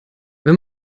wenn